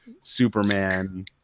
superman